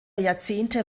jahrzehnte